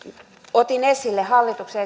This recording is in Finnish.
otin esille hallituksen